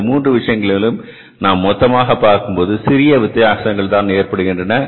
இந்த மூன்று விஷயங்களிலும் நாம் மொத்தமாக பார்க்கும்போது சிறிய வித்தியாசங்கள் தான் ஏற்படுகின்றன